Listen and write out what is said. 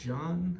John